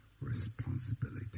responsibility